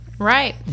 Right